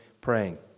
praying